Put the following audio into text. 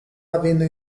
avendo